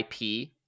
IP